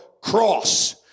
cross